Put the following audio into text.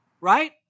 Right